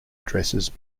addresses